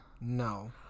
No